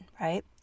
right